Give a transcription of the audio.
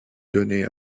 donné